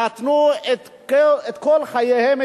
נתנו את כל חייהם,